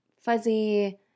fuzzy